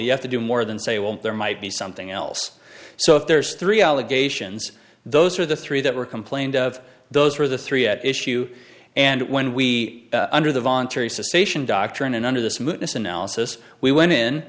you have to do more than say well there might be something else so if there's three allegations those are the three that were complained of those were the three at issue and when we under the voluntary suspicion doctrine and under the